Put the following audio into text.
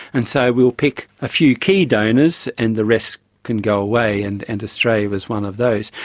and so we will pick a few key donors and the rest can go away and and australia was one of those.